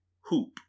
hoop